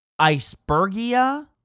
Icebergia